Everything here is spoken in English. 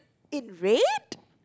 it red